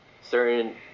certain